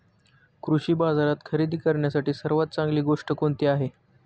कृषी बाजारात खरेदी करण्यासाठी सर्वात चांगली गोष्ट कोणती आहे?